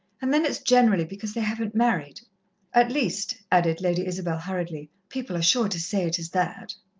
and then it's generally because they haven't married at least, added lady isabel hurriedly, people are sure to say it is that.